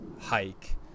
hike